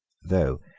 though,